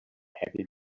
happy